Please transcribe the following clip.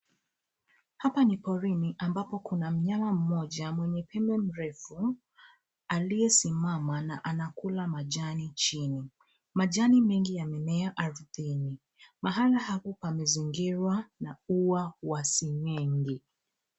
Hapa ni porini ambapo kuna mnyama mmoja mwenye pime mrefu aliyesimama na anakula majani chini. Majani mengi yamemea ardhini. Mahala hapo pamezingirwa na ua wa seng'eng'e.